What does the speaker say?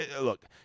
look